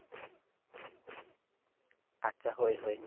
ᱟᱪᱪᱷᱟ ᱦᱳᱭ ᱦᱳᱭ